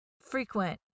frequent